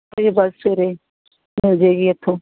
ਫਿਰ ਬੱਸ ਸਵੇਰੇ ਮਿਲ ਜੇਗੀ ਇੱਥੋਂ